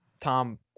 Tom